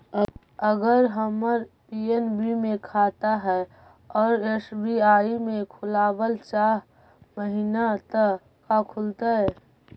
अगर हमर पी.एन.बी मे खाता है और एस.बी.आई में खोलाबल चाह महिना त का खुलतै?